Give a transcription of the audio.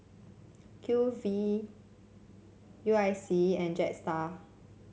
Q V U I C and Jetstar